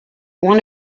one